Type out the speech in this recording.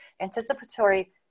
anticipatory